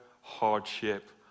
hardship